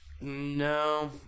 no